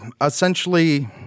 essentially